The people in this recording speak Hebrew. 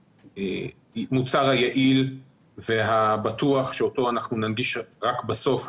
המוצר היעיל והבטוח שאותו ננגיש רק בסוף